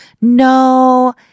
no